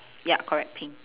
ya correct pink